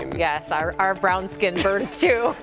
yeah so our our brown skin burns, too.